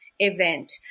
event